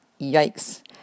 Yikes